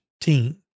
team